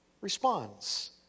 responds